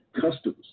customs